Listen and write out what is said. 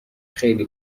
خیلی